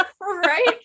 right